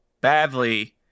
badly